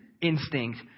instinct